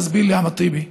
תסביר לי, אחמד טיבי.